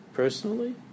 personally